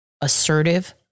assertive